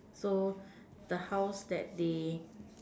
so the house that they